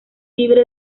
libre